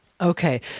Okay